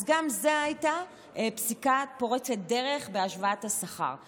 אז גם זו הייתה פסיקה פורצת דרך בהשוואת השכר.